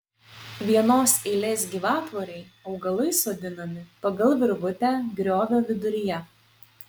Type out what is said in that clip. vienos eilės gyvatvorei augalai sodinami pagal virvutę griovio viduryje